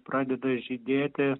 pradeda žydėti